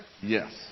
Yes